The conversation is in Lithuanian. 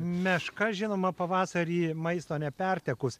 meška žinoma pavasarį maisto nepertekus